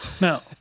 No